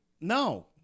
No